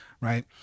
Right